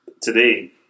Today